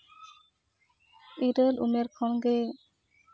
ᱤᱨᱟᱹᱞ ᱩᱢᱮᱨ ᱠᱷᱚᱱ ᱜᱮ